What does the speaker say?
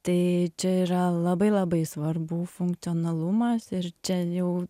tai čia yra labai labai svarbu funkcionalumas ir čia jau